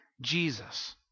Jesus